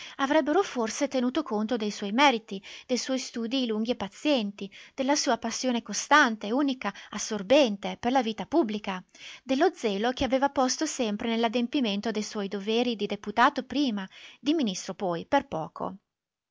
avrebbero forse tenuto conto de suoi meriti de suoi studii lunghi e pazienti della sua passione costante unica assorbente per la vita pubblica dello zelo che aveva posto sempre nell'adempimento de suoi doveri di deputato prima di ministro poi per poco